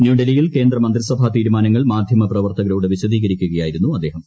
ന്യൂഡൽഹിയിൽ കേന്ദ്ര മന്ത്രിസഭാ തീരുമാനങ്ങൾ മാധ്യമപ്രവർത്തകരോട് വിശദീകരിക്കുകയായിരുന്നു അദ്ദേഹം